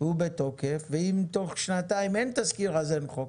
והוא בתוקף, ואם תוך שנתיים אין תזכיר אז אין חוק.